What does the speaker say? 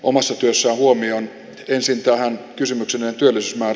omassa työssä huomioon jo siltaa kysymyksenä työlismaan